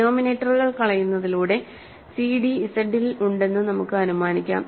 ഡിനോമിനേറ്ററുകൾ കളയുന്നതിലൂടെ CD z ൽ ഉണ്ടെന്നു നമുക്ക് അനുമാനിക്കാം